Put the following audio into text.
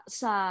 sa